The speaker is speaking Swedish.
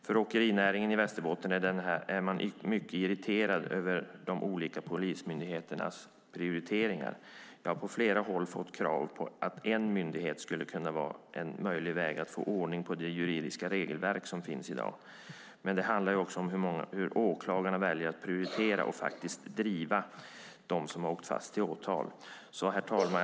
Från åkerinäringen i Västerbotten är man mycket irriterad över de olika polismyndigheternas prioriteringar. Jag har från flera håll hört krav på att man ska ha en myndighet och att det skulle kunna vara en möjlig väg att få ordning på det juridiska regelverk som finns i dag. Men det handlar också om hur åklagarna väljer att prioritera och driva detta och faktiskt se till att de som har åkt fast åtalas. Herr talman!